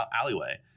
alleyway